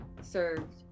served